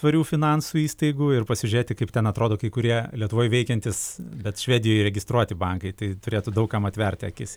tvarių finansų įstaigų ir pasižiūrėti kaip ten atrodo kai kurie lietuvoj veikiantys bet švedijoj registruoti bankai tai turėtų daug kam atverti akis